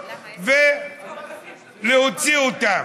ולהוציא אותן.